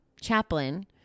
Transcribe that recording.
Chaplain